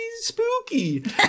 spooky